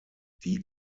die